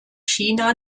china